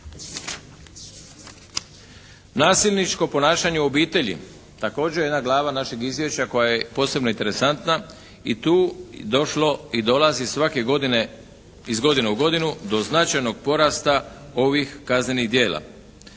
Nasilničko ponašanje u obitelji također je jedna glava našeg izvješća koja je posebno interesantna i tu je došlo i dolazi iz godine u godinu do značajnog porasta ovih kaznenih djela.